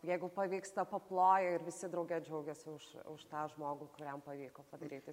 jeigu pavyksta paploja ir visi drauge džiaugiasi už už tą žmogų kuriam pavyko padaryti